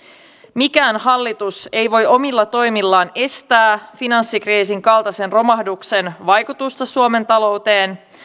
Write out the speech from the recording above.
mikään hallitus ei voi omilla toimillaan estää finanssikriisin kaltaisen romahduksen vaikutusta suomen talouteen